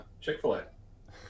Chick-fil-A